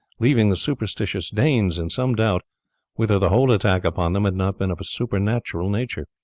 leaving the superstitious danes in some doubt whether the whole attack upon them had not been of a supernatural nature.